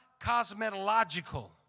cosmetological